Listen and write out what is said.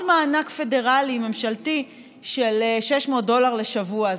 מענק פדרלי ממשלתי של 600 דולר לשבוע,